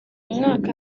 mwaka